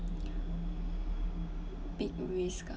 big risk ah